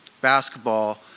Basketball